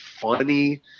funny